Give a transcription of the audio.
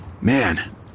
Man